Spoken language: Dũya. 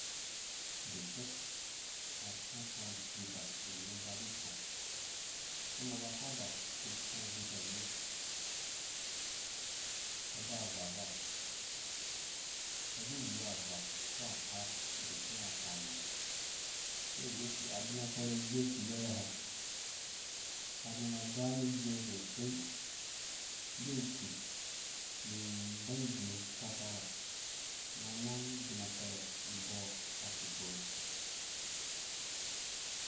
Ueker unfa tsatsa uzhika unying adɛã atsã ymbɔ aba hada utsa uzhika unying, ada vaa-vaa ade ayiu avaa uko ataar ideker unga aẽa atsa amaa nggea ngge itsu abina kɛrɛ jue usi iyare ha amɛna adza mum idzei sosai nggea umum ibang ĩdzowe ufarasa na nang abina kɛrɛ umbɔ iki korhe.